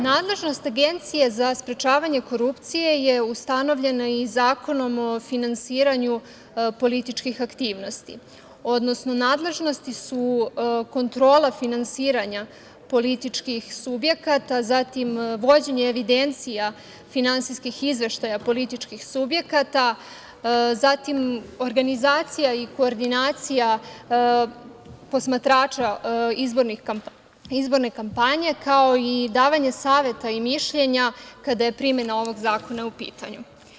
Nadležnost Agencije za sprečavanje korupcije je ustanovljena i Zakonom o finansiranju političkih aktivnosti, odnosno nadležnosti su kontrola finansiranja političkih subjekata, vođenje evidencija finansijskih izveštaja političkih subjekata, zatim organizacija i koordinacija posmatrača izborne kampanje, kao i davanje saveta i mišljenja kada je primena ovog zakona u pitanju.